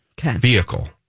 vehicle